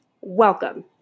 Welcome